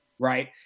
Right